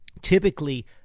typically—